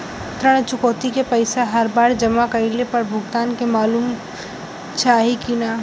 ऋण चुकौती के पैसा हर बार जमा कईला पर भुगतान के मालूम चाही की ना?